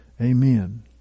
Amen